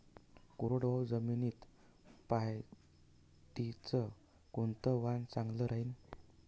कोरडवाहू जमीनीत पऱ्हाटीचं कोनतं वान चांगलं रायीन?